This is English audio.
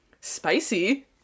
spicy